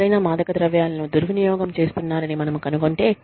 ఎవరైనా మాదకద్రవ్యాలను దుర్వినియోగం చేస్తున్నారని మనము కనుగొంటే